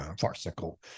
farcical